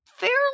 fairly